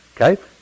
okay